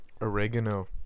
Oregano